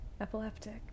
Epileptic